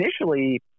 initially